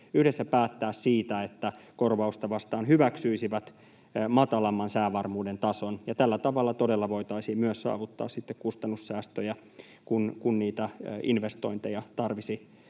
yhdessä päättää siitä, että korvaus-ta vastaan hyväksyisivät matalamman säävarmuuden tason, ja tällä tavalla todella voitaisiin myös saavuttaa sitten kustannussäästöjä, kun niitä investointeja tarvitsisi